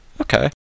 Okay